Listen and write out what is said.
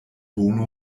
bona